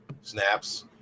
Snaps